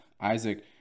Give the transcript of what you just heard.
Isaac